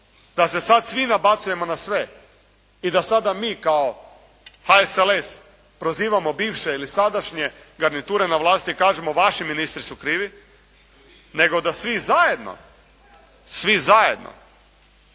da se sada svi nabacujemo na sve i da sada mi kao HSLS prozivamo bivše ili sadašnje garniture na vlasti, kažemo vaši ministri su krivi, nego da svi zajedno, svi zajedno